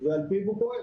ועל פיו הוא פועל.